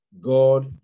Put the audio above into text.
God